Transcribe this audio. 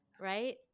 right